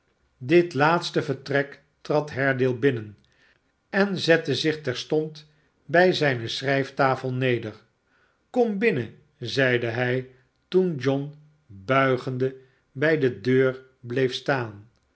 dit laatste vertrek trad haredale binnen en zette zich terstond bij zijne schrijftafel neder kom binne n zeide hij toen john buigende bij de deur bleef staan